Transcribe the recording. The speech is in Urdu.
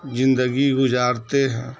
زندگی گزارتے ہیں